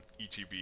ETB